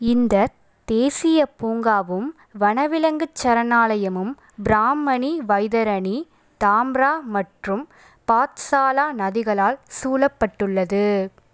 இந்தத் தேசியப் பூங்காவும் வனவிலங்குச் சரணாலயமும் பிராம்மணி வைதரணி தாம்ரா மற்றும் பாத்சாலா நதிகளால் சூழப்பட்டுள்ளது